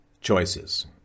choices